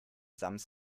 sams